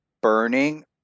burning